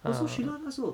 no so sheila 那时候